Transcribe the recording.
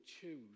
choose